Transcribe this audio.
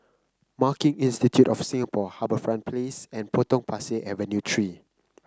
Marketing Institute of Singapore HarbourFront Place and Potong Pasir Avenue Three